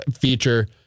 feature